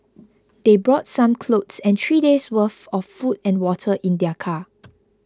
they brought some clothes and three days' worth of food and water in their car